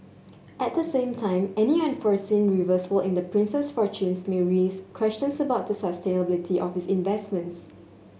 at the same time any unforeseen reversal in the prince's fortunes may raise questions about the sustainability of his investments